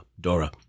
Dora